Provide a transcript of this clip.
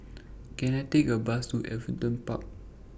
Can I Take A Bus to Everton Park